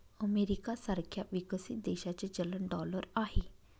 America सारख्या विकसित देशाचे चलन डॉलर आहे